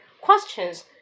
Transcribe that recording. questions